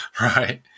right